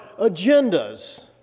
agendas